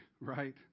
right